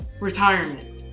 retirement